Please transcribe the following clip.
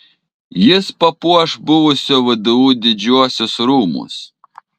jis papuoš buvusio vdu didžiuosius rūmus